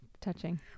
touching